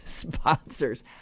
sponsors